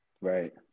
Right